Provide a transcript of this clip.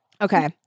Okay